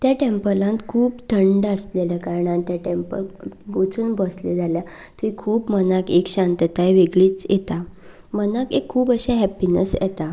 त्या टेंपलांत खूब थंड आशिल्ल्या कारणांत त्या टेंपलांत वचून बसलें जाल्यार थंय खूब मनाक एक शांतताय वेगळीच येता मनाक एक खूब अशें हॅप्पिनस येता